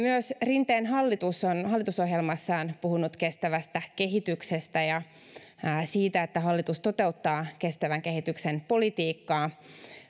rinteen hallitus on hallitusohjelmassaan puhunut kestävästä kehityksestä ja siitä että hallitus toteuttaa kestävän kehityksen politiikkaa